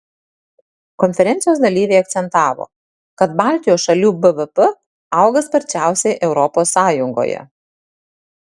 konferencijos dalyviai akcentavo kad baltijos šalių bvp auga sparčiausiai europos sąjungoje